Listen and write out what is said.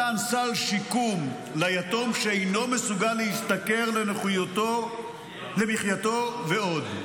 מתן סל שיקום ליתום שאינו מסוגל להשתכר למחייתו ועוד.